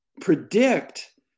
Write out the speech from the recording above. predict